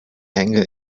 hänge